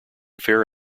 fair